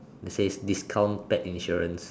it says discount pet insurance